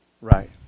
Right